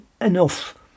enough